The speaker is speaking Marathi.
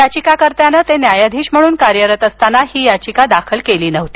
याचिकाकर्त्यानं ते न्यायाधीश म्हणून कार्यरत असताना ही याचिका दाखल केली नव्हती